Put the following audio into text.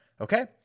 Okay